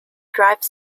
drive